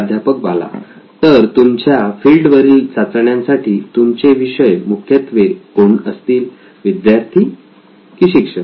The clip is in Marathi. प्राध्यापक बाला तर तुमच्या फिल्ड वरील चाचण्यांसाठी तुमचे विषय मुख्यत्वे कोण असतील विद्यार्थी की शिक्षक